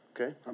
Okay